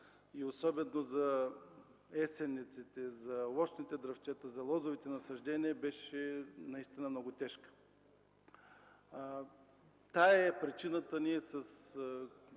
Особено за есенниците, за овощните дръвчета, за лозовите насаждения тя беше наистина много тежка. Тази е причината ние с